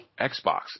Xbox